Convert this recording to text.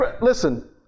Listen